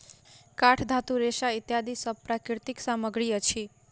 काठ, धातु, रेशा इत्यादि सब प्राकृतिक सामग्री अछि